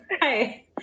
Hi